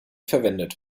verwendet